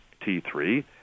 T3